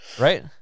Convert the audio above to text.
Right